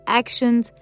actions